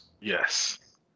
Yes